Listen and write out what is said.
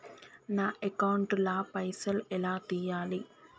నా అకౌంట్ ల పైసల్ ఎలా తీయాలి?